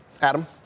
Adam